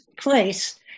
place